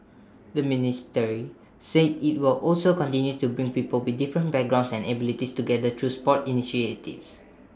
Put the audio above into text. the ministry said IT will also continue to bring people with different backgrounds and abilities together through sports initiatives